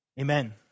Amen